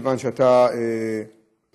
מכיוון שאתה פועל,